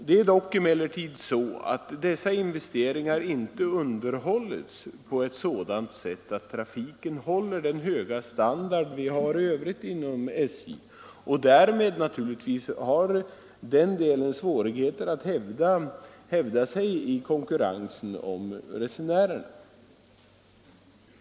Det är emellertid så att dessa investeringar inte underhålls på ett sådant sätt att trafiken håller den höga standard som vi har i övrigt inom SJ. Därmed har naturligtvis de delarna svårigheter att hävda sig i konkurrensen om resenärerna.